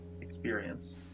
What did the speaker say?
experience